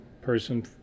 person